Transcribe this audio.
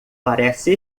parece